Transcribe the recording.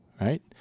Right